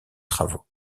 travaux